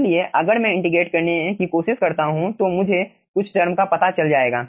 इसलिए अगर मैं इंटीग्रेट करने की कोशिश करता हूं तो मुझे कुछ टर्म का पता चल जाएगा